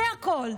זה הכול.